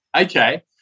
Okay